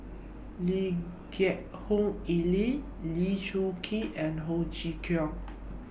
Lee Geck Hoon Ellen Lee Choon Kee and Ho Chee Kong